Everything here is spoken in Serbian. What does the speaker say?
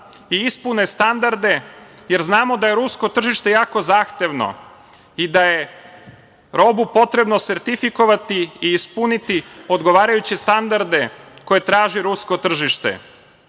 i ispune standarde jer znamo da je rusko tržište jako zahtevno i da je robu potrebno sertifikovati i ispuniti odgovarajuće standarde koje traži rusko tržište.